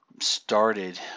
started